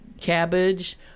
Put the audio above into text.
cabbage